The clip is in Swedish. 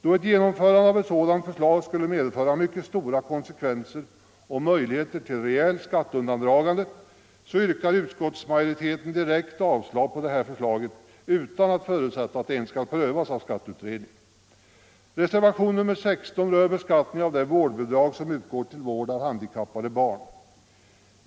Då ett genomförande av ett sådant förslag skulle medföra mycket stora möjligheter till rejäl skatteflykt yrkar utskottsmajoriteten direkt avslag på detta förslag utan att ens förutsätta att det skall prövas av skatteutredningen. Reservationen 16 rör beskattningen av det vårdbidrag som utgår vid vård av handikappade barn.